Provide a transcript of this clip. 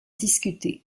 discuté